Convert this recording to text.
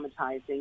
traumatizing